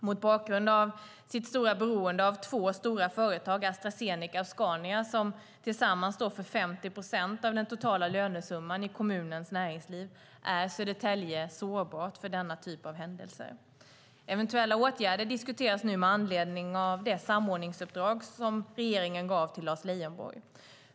Mot bakgrund av sitt stora beroende av två stora företag - Astra Zeneca och Scania som tillsammans står för 50 procent av den totala lönesumman i kommunens näringsliv - är Södertälje sårbart för denna typ av händelser. Eventuella åtgärder diskuteras nu med anledning av det samordningsuppdrag som regeringen gav till Lars Leijonborg.